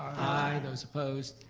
i. those opposed?